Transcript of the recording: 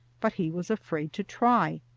but he was afraid to try.